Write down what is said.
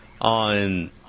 on